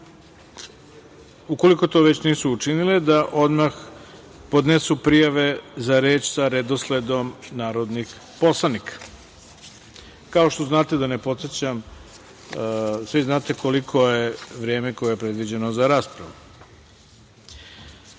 ukoliko to već nisu učinile, da odmah podnesu prijave za reč sa redosledom narodnih poslanika. Kao što znate, da ne podsećam, svi znate koliko je vreme koje je predviđeno za raspravu. Saglasno